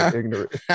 ignorant